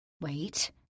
Wait